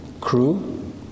crew